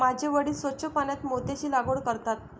माझे वडील स्वच्छ पाण्यात मोत्यांची लागवड करतात